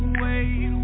wait